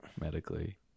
medically